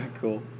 Cool